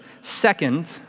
Second